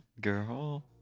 Girl